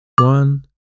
One